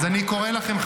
אז אני קורא לכם,